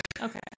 Okay